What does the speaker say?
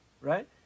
right